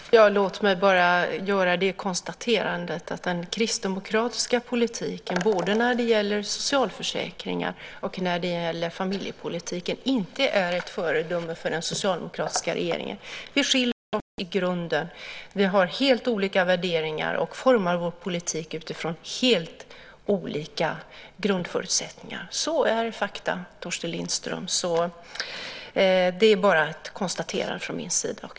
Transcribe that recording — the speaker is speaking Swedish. Herr talman! Låt mig bara göra det konstaterandet att den kristdemokratiska politiken både när det gäller socialförsäkringar och när det gäller familjepolitiken inte är ett föredöme för den socialdemokratiska regeringen. Vi skiljer oss i grunden. Vi har helt olika värderingar och formar politiken från helt olika grundförutsättningar. Så är fakta, Torsten Lindström. Det är bara att konstatera.